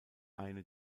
eine